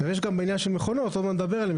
יש גם עניין של מכונות, עוד מעט נדבר עליהן.